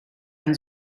ein